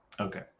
okay